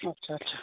आटसा आटसा